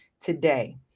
today